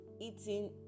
eating